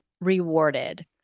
Rewarded